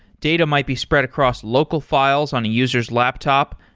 data might be spread across local files on a user's laptop,